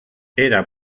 era